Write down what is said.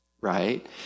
right